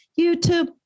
YouTube